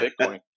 Bitcoin